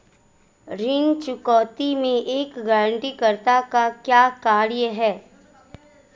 ऋण चुकौती में एक गारंटीकर्ता का क्या कार्य है?